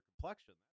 complexion